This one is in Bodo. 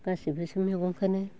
गासिबोसो मैगंखौनो